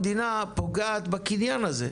המדינה פוגעת בקניין הזה,